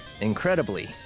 Incredibly